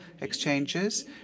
exchanges